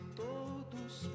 todos